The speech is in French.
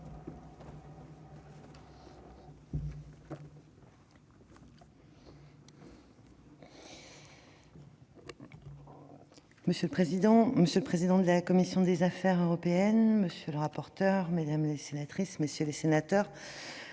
Monsieur le président, monsieur le président de la commission des affaires européennes, monsieur le rapporteur, mesdames, messieurs les sénateurs,